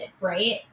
right